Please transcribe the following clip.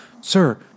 sir